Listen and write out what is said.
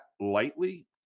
lightly